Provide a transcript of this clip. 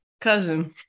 cousin